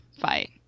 fight